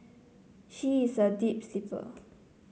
she is a deep sleeper